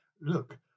Look